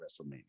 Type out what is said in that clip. WrestleMania